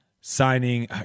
signing